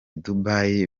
dubai